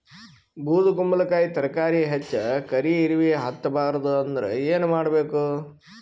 ಬೊದಕುಂಬಲಕಾಯಿ ತರಕಾರಿ ಹೆಚ್ಚ ಕರಿ ಇರವಿಹತ ಬಾರದು ಅಂದರ ಏನ ಮಾಡಬೇಕು?